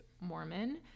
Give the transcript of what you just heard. Mormon